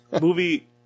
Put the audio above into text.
movie –